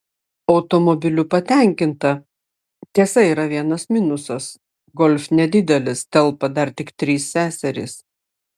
automobiliu patenkinta tiesa yra vienas minusas golf nedidelis telpa dar tik trys seserys